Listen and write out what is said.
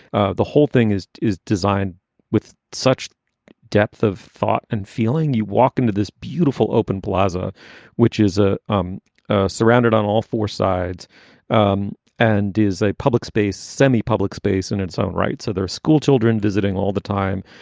ah the whole thing is is designed with such depth of thought and feeling. you walk into this beautiful open plaza which is ah um ah surrounded on all four sides um and is a public space, semi-public space in its own right. so there are schoolchildren visiting all the time,